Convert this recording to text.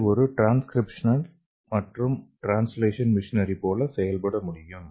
இது ஒரு டிரான்ஸ்கிரிப்ஷன் மற்றும் ட்ரான்ஸ்லேஷன் மிஷினரி போல செயல்பட முடியும்